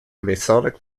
masonic